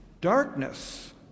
darkness